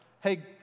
hey